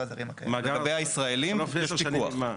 לגבי הישראלים יש פיקוח.